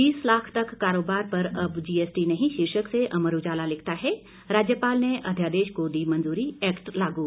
बीस लाख तक कारोबार पर अब जीएसटी नहीं शीर्षक से अमर उजाला लिखता है राज्यपाल ने अध्यादेश को दी मंजूरी एक्ट लागू